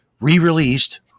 re-released